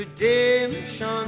Redemption